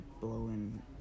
blowing